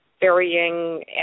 varying